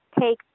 take